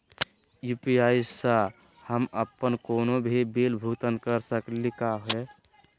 UPI स हम अप्पन कोनो भी बिल भुगतान कर सकली का हे?